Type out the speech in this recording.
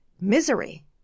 misery